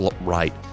right